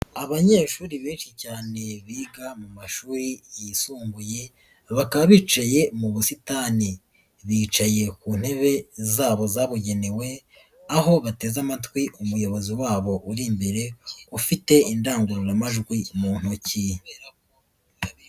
Abanyeshuri benshi cyane biga mu mashuri yisumbuye, bakaba bicaye mu busitani. Bicaye ku ntebe zabo zabugenewe, aho bateze amatwi umuyobozi wabo uri imbere, ufite indangururamajwi mu ntoki.